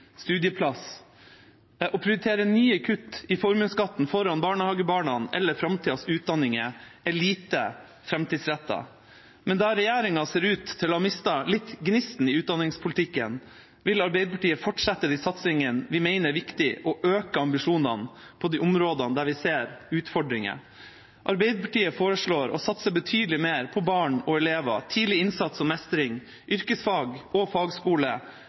Å prioritere nye kutt i formuesskatten foran barnehagebarna eller framtidas utdanninger er lite framtidsrettet. Men der regjeringa ser ut til å ha mistet litt av gnisten i utdanningspolitikken, vil Arbeiderpartiet fortsette de satsingene vi mener er viktige, og øke ambisjonene på de områdene der vi ser utfordringer. Arbeiderpartiet foreslår å satse betydelig mer på barn og elever, tidlig innsats og mestring, yrkesfag og fagskole,